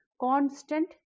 constant